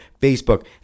Facebook